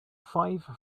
five